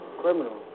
criminal